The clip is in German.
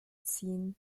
ziehen